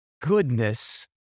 goodness